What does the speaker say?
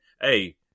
Hey